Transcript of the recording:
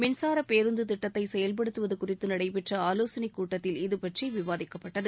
மின்சார பேருந்து திட்டத்தை செயல்படுத்துவது குறித்து நடைபெற்ற ஆலோசனைக் கூட்டத்தில் இதபற்றி விவாதிக்கப்பட்டது